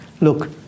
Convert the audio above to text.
look